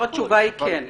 התשובה היא כן.